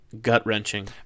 gut-wrenching